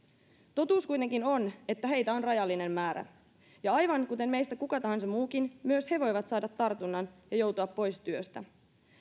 totuus kuitenkin on että heitä on rajallinen määrä ja aivan kuten meistä kuka tahansa muukin myös he voivat saada tartunnan ja joutua pois työstä